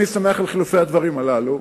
אני שמח על חילופי הדברים הללו,